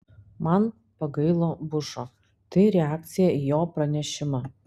man pagailo bušo tai reakcija į jo pranešimą